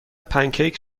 پنکیک